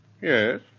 Yes